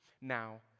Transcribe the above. now